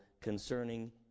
concerning